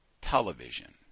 television